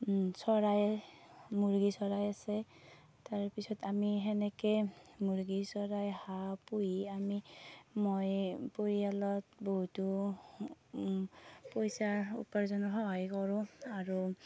চৰাই মুৰ্গী চৰাই আছে তাৰ পিছত আমি সেনেকৈ মুৰ্গী চৰাই হাঁহ পুহি আমি মই পৰিয়ালত বহুতো পইচাৰ উপাৰ্জনত সহায় কৰোঁ আৰু